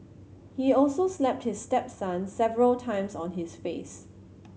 he also slapped his stepson several times on his face